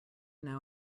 know